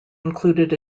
included